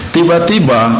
Tiba-tiba